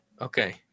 okay